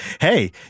Hey